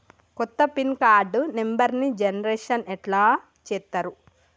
కొత్త pin card నెంబర్ని generation ఎట్లా చేత్తరు?